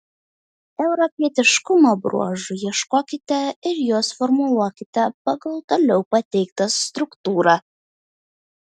europietiškumo bruožų ieškokite ir juos formuluokite pagal toliau pateiktą struktūrą